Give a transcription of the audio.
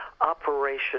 Operation